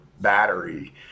battery